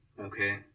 okay